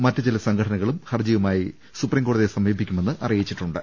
മറ്റ് ചില സംഘടന കളും ഹർജിയുമായി സൂപ്രീം കോടതിയെ സമീപിക്കുമെന്ന് അറി യിച്ചിട്ടുണ്ട്